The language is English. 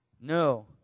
No